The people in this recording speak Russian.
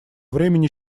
времени